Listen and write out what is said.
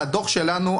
מהדוח שלנו,